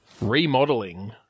Remodeling